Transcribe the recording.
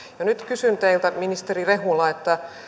nyt kysyn teiltä ministeri rehula